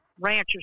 ranchers